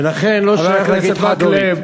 ולכן לא שייך להגיד חד-הורי.